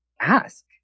ask